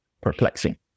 perplexing